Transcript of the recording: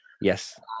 Yes